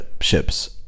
ships